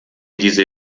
diese